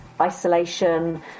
isolation